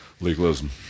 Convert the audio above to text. Legalism